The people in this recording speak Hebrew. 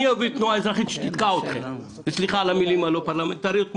אני אוביל תנועה אזרחית שתתקע אתכם וסליחה על המילים הלא פרלמנטריות,